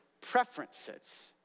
preferences